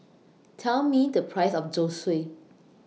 Tell Me The Price of Zosui